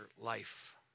life